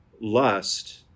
lust